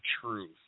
truth